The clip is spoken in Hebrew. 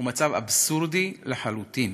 זהו מצב אבסורדי לחלוטין.